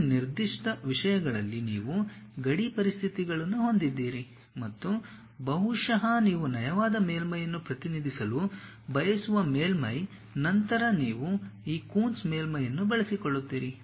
ಈ ನಿರ್ದಿಷ್ಟ ವಿಷಯಗಳಲ್ಲಿ ನೀವು ಗಡಿ ಪರಿಸ್ಥಿತಿಗಳನ್ನು ಹೊಂದಿದ್ದೀರಿ ಮತ್ತು ಬಹುಶಃ ನೀವು ನಯವಾದ ಮೇಲ್ಮೈಯನ್ನು ಪ್ರತಿನಿಧಿಸಲು ಬಯಸುವ ಮೇಲ್ಮೈ ನಂತರ ನೀವು ಈ ಕೂನ್ಸ್ ಮೇಲ್ಮೈಯನ್ನು ಬಳಸಿಕೊಳ್ಳುತ್ತೀರಿ